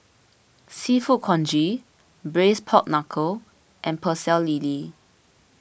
Seafood Congee Braised Pork Knuckle and Pecel Lele